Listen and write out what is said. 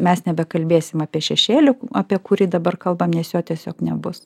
mes nebekalbėsim apie šešėlį apie kurį dabar kalbam nes jo tiesiog nebus